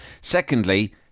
Secondly